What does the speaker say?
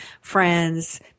friends